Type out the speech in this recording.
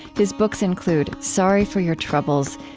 his books include sorry for your troubles,